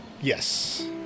Yes